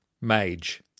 mage